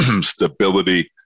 Stability